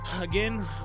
Again